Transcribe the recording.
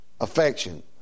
affection